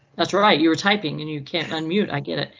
that's right, you were typing and you can unmute. i get it.